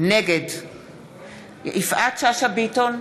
נגד יפעת שאשא ביטון,